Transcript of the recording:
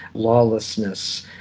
lawlessness,